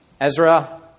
Ezra